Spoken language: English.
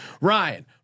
Ryan